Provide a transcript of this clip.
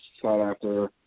sought-after